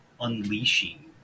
unleashing